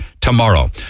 tomorrow